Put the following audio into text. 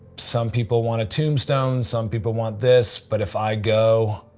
some people want a tombstone, some people want this. but if i go,